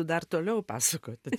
dar toliau pasakoti